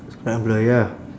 scrambler ya